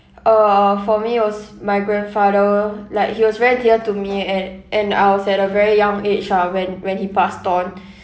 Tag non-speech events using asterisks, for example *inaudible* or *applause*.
uh for me was my grandfather like he was very dear to me and and I was at a very young age ah when when he passed on *breath*